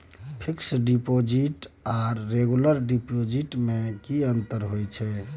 Fix deposit आर regular deposit में की अंतर होय छै?